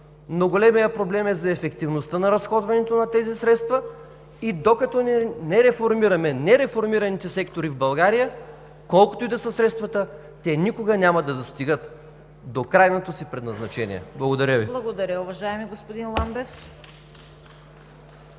но големият проблем е за ефективността на разходването на тези средства и докато не реформираме нереформираните сектори в България, колкото и да са средствата, те никога няма да достигат до крайното си предназначение. Благодаря Ви. ПРЕДСЕДАТЕЛ ЦВЕТА КАРАЯНЧЕВА: Благодаря, уважаеми господин Ламбев.